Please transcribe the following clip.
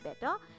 better